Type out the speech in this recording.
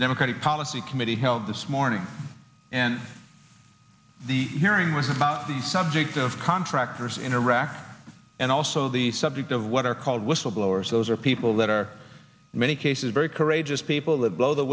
the democratic policy committee held this morning and the hearing more about the subject of contractors in iraq and also the subject of what are called whistleblowers those are people that are many cases very courageous people that blow the